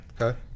Okay